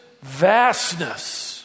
vastness